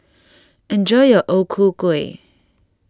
enjoy your O Ku Kueh